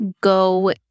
go